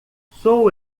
sou